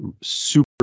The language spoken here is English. super